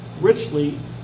richly